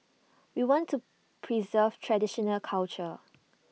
we want to preserve traditional culture